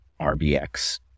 RBX